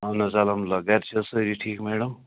اَہن حظ الحمدُ اللہِ گَرِ چھِ حظ سٲری ٹھیٖک میڈَم